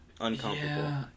uncomfortable